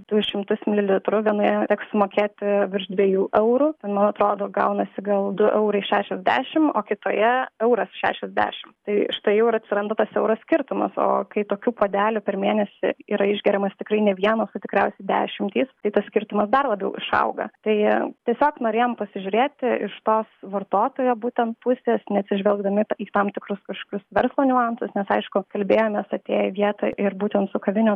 du šimtus mililitrų vienoje teks sumokėti virš dviejų eurų nu atrodo gaunasi gal du eurai šešiasdešim o kitoje euras šešiasdešim tai štai jau ir atsiranda tas euro skirtumas o kai tokių puodelių per mėnesį yra išgeriamas tikrai ne vienas o tikriausiai dešimtys tai tas skirtumas dar labiau išauga tai tiesiog norėjom pasižiūrėti iš tos vartotojo būtent pusės neatsižvelgdami į tam tikrus kažkokius verslo niuansus nes aišku kalbėjomės atėję į vietą ir būtent su kavinių